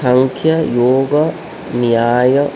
सांख्यं योगः न्यायः